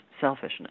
selfishness